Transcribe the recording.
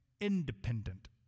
independent